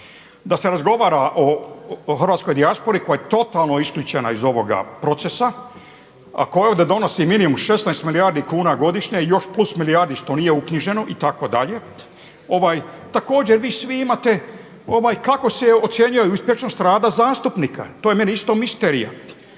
da se razgovara o hrvatskoj dijaspori koja je totalno isključena iz ovoga procesa, a koja ovdje donosi minimum 16 milijardi kuna godišnje i još plus milijardi što nije uknjiženo itd. također vi svi imate kako se ocjenjuje uspješnost rada zastupnika, to je meni isto misterija.